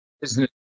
business